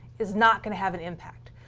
is not going to have an impact.